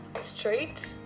straight